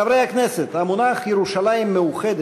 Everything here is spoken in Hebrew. חברי הכנסת, המונח ירושלים המאוחדת,